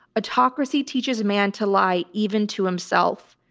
autocracy teaches man to lie even to himself.